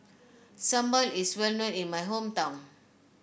Sambal is well known in my hometown